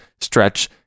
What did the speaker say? stretch